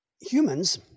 humans